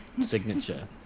signature